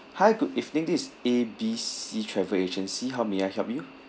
hi good evening this is A B C travel agency how may I help you